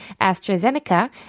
AstraZeneca